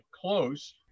close